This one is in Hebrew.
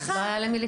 לא היה למי לפנות.